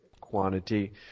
quantity